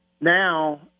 Now